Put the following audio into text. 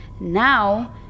Now